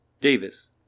Davis